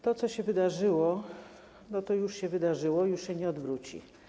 To, co się wydarzyło, to już się wydarzyło i już się nie odwróci.